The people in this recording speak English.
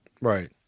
Right